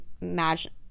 imagine